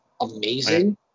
Amazing